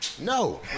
No